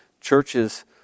Churches